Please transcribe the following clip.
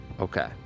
Okay